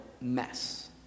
mess